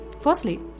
Firstly